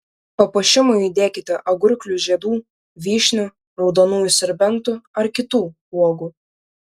papuošimui įdėkite agurklių žiedų vyšnių raudonųjų serbentų ar kitų uogų